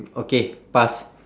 okay pass